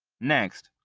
next,